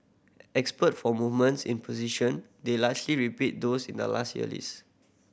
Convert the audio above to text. expert for movements in position they largely repeat those in the last year list